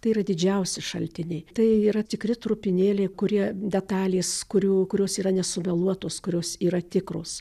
tai yra didžiausi šaltiniai tai yra tikri trupinėliai kurie detalės kurių kurios yra nesumeluotos kurios yra tikros